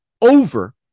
over